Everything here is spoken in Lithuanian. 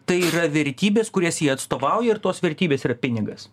tai yra vertybės kurias jie atstovauja ir tos vertybės ir pinigas